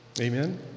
Amen